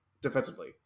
defensively